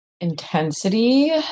intensity